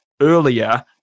earlier